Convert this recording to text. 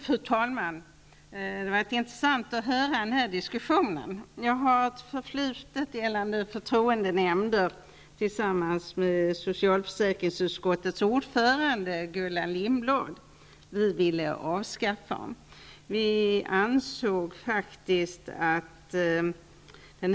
Fru talman! Det har varit intressant att höra den här diskussionen. Tillsammans med socialförsäkringsutskottets ordförande Gullan Lindblad har jag ett förflutet när det gäller förtroendenämnderna. Vi ville avskaffa dem.